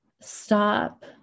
stop